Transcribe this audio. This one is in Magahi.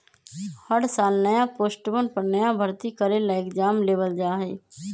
हर साल नया पोस्टवन पर नया भर्ती करे ला एग्जाम लेबल जा हई